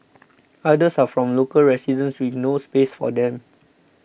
others are from local residents with no space for them